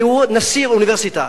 והוא היה נשיא אוניברסיטה.